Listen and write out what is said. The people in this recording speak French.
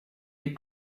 les